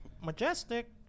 majestic